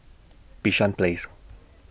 Bishan Place